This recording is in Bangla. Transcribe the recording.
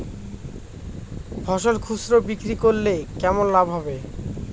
ফসল খুচরো বিক্রি করলে কেমন লাভ হবে?